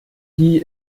die